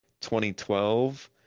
2012